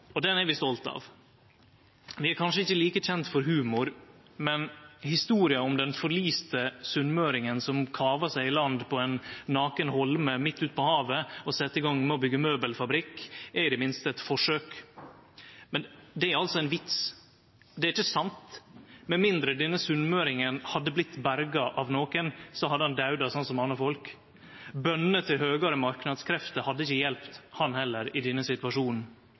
om den forliste sunnmøringen som kava seg i land på ein naken holme midt utpå havet og sette i gang med å byggje møbelfabrikk, er i det minste eit forsøk. Men det er altså ein vits. Det er ikkje sant. Med mindre denne sunnmøringen hadde vorte berga av nokon, hadde han døydd, sånn som andre folk. Bønene til høgare marknadskrefter hadde ikkje hjelpt han heller i denne situasjonen.